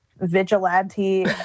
vigilante